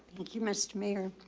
thank you mister mayor.